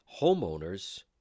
homeowners